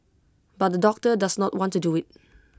but the doctor does not want to do IT